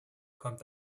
kommt